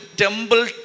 temple